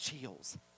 Chills